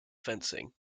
fencing